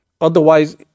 Otherwise